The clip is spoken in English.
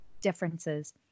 differences